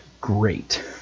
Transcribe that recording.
great